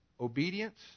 obedience